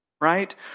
right